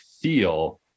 feel